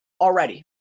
already